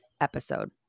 episode